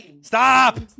Stop